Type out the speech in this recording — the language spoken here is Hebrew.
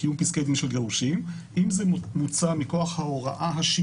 תפקידנו כמחוקק להגן עליה.